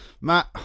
Matt